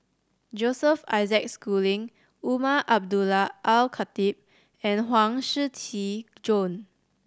Joseph Isaac Schooling Umar Abdullah Al Khatib and Huang Shiqi Joan